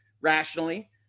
rationally